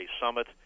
summit